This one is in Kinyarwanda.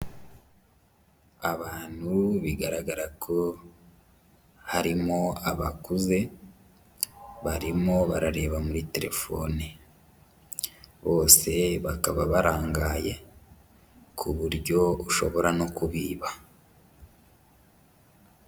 Abantu bigaragara ko harimo abakuze barimo barareba muri terefoni, bose bakaba barangaye ku buryo ushobora no kubiba.